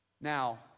Now